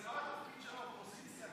זה לא התפקיד של האופוזיציה.